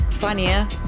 Funny